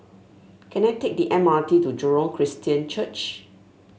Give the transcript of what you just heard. can I take the M R T to Jurong Christian Church